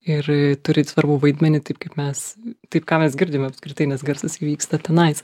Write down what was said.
ir turi svarbų vaidmenį taip kaip mes taip ką mes girdime apskritai nes garsas vyksta tenais